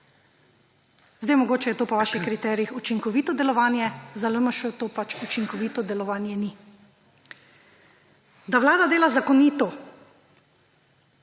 Mogoče je to po vaših kriterijih učinkovito delovanje, za LMŠ to pač učinkovito delovanje ni. Da vlada dela zakonito